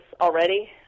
already